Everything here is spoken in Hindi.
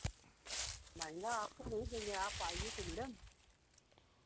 महंगा आपको नहीं देंगे आप आइए तो मैडम